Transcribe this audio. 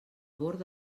bord